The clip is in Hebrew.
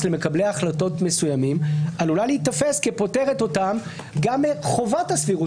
החלטות מסוימים עלולה להיתפס כפוטרת אותם גם מחובת הסבירות,